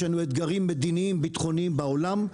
יש לנו אתגרים מדיניים ביטחוניים בעולם,